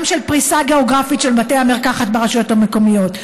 גם של פריסה גיאוגרפית של בתי המרקחת ברשויות המקומיות,